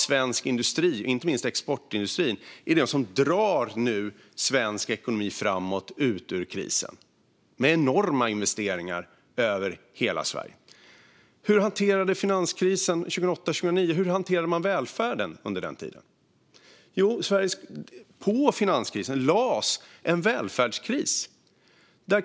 Svensk industri, inte minst exportindustrin, drar nu svensk ekonomi framåt och ut ur krisen med enorma investeringar över hela Sverige. Hur hanterade man välfärden under finanskrisen 2008-2009? Jo, på finanskrisen lades en välfärdskris.